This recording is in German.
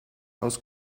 aus